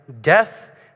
death